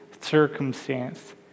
circumstance